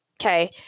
Okay